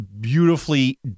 beautifully